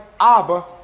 Abba